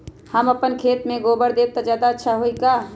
हम अपना खेत में गोबर देब त ज्यादा अच्छा होई का?